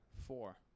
Four